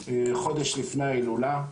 חודש לפני ההילולה.